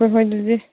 ꯍꯣꯏ ꯍꯣꯏ ꯑꯗꯨꯗꯤ